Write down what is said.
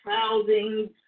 housing